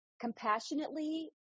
compassionately